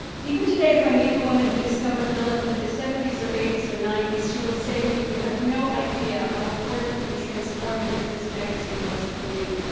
even today if i meet a woman who discovered lilith in the seventy s or eighty s or ninety s, she will say to me you have no idea how important and transformative this magazine was for me.